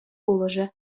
пулӑшӗ